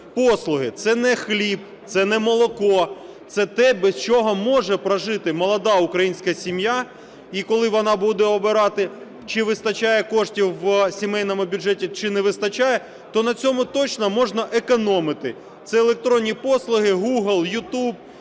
послуги. Це не хліб, це не молоко, це те, без чого може прожити молода українська сім'я. І коли вона буде обирати, чи вистачає коштів в сімейному бюджеті, чи не вистачає, то на цьому точно можна економити. Це електронні послуги Google, YouTube